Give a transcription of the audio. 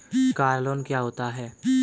Car loan क्या होता है?